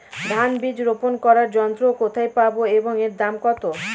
ধান বীজ রোপন করার যন্ত্র কোথায় পাব এবং এর দাম কত?